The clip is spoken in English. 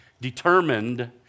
determined